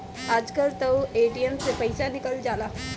आजकल तअ ए.टी.एम से पइसा निकल जाला